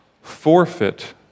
forfeit